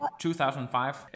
2005